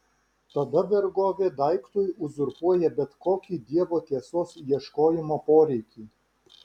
tada vergovė daiktui uzurpuoja bet kokį dievo tiesos ieškojimo poreikį